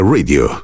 Radio